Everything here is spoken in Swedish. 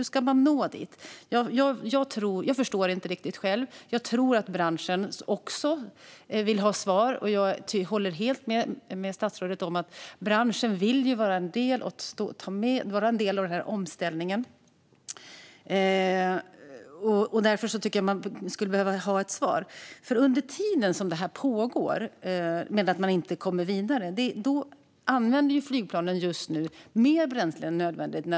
Hur ska man nå dit? Jag förstår det inte riktigt själv, och jag tror att också branschen vill ha svar. Jag håller helt med statsrådet om att branschen vill vara en del av omställningen. Under tiden då man inte kommer vidare med detta använder flygplanen mer bränsle än nödvändigt.